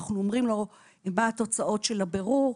אנחנו אומרים לו מה התוצאות של הבירור.